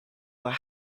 will